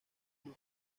club